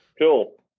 Cool